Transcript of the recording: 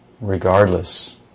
regardless